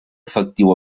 efectiu